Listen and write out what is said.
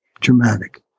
dramatic